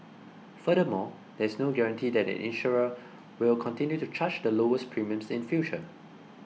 furthermore there is no guarantee that an insurer will continue to charge the lowest premiums in future